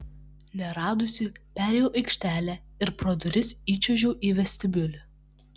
neradusi perėjau aikštelę ir pro duris įčiuožiau į vestibiulį